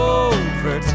over